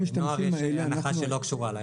הנחה שלא קשורה.